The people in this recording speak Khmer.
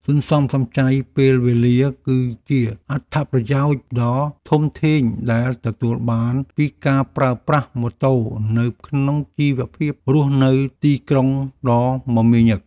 សន្សំសំចៃពេលវេលាគឺជាអត្ថប្រយោជន៍ដ៏ធំធេងដែលទទួលបានពីការប្រើប្រាស់ម៉ូតូនៅក្នុងជីវភាពរស់នៅទីក្រុងដ៏មមាញឹក។